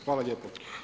Hvala lijepo.